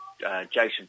Jason